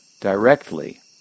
directly